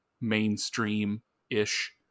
mainstream-ish